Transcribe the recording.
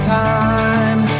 time